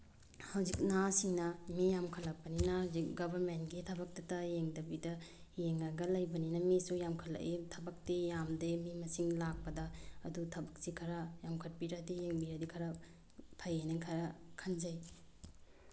ꯍꯧꯖꯤꯛ ꯅꯍꯥꯁꯤꯡꯅ ꯃꯤ ꯌꯥꯝꯈꯠꯂꯛꯄꯅꯤꯅ ꯍꯧꯖꯤꯛ ꯒꯕꯔꯃꯦꯟꯒꯤ ꯊꯕꯛꯇꯇ ꯌꯦꯡꯗꯕꯤꯗ ꯌꯦꯡꯉꯒ ꯂꯩꯕꯅꯤꯅ ꯃꯤꯁꯨ ꯌꯥꯝꯈꯠꯂꯛꯑꯦ ꯊꯕꯛꯇꯤ ꯌꯥꯝꯗꯦ ꯃꯤ ꯃꯁꯤꯡ ꯂꯥꯛꯄꯗ ꯑꯗꯨ ꯊꯕꯛꯁꯦ ꯈꯔ ꯌꯥꯝꯈꯠꯄꯤꯔꯗꯤ ꯌꯦꯡꯕꯤꯔꯗꯤ ꯈꯔ ꯐꯩꯌꯦꯅ ꯈꯔ ꯈꯟꯖꯩ